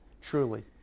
Truly